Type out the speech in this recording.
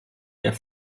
der